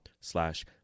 slash